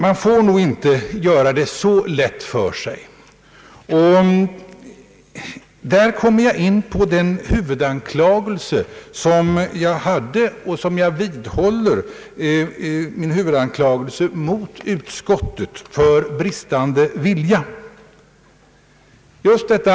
Man får nog inte göra det så lätt för sig herr Hedlund och här kommer jag in på den huvudanklagelse mot utskottet som jag hade och som jag vidhåller, nämligen för bristande vilja.